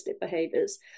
behaviors